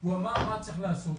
והוא אמר מה צריך לעשות.